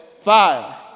fire